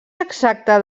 exacte